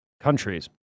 countries